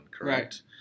correct